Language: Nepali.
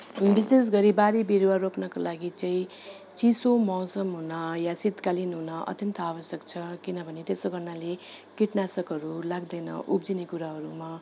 विशेष गरी बारी बिरुवा रोप्नको लागि चाहिँ चिसो मौसम हुन वा शीतकालीन हुन अत्यन्त आवश्यक छ किनभने त्यसो गर्नाले कीटनाशकहरू लाग्दैन उब्जने कुराहरूमा